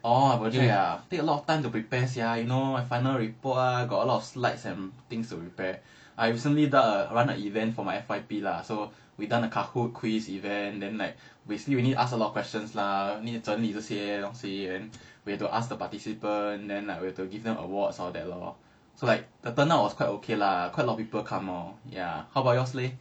orh my project ah take a lot of time to prepare sia you know my final report ah got a lot of slides and things to repair I recently the run a event for my F_Y_P lah so we've done a kahoot quiz event then like basically we need ask a lot of questions lah need 整理这些东西 then we have to ask the participant then like we have to give them awards like that lor so like the turn out was quite okay lah quite a lot of people come lor ya how about yours leh